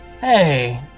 Hey